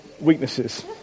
weaknesses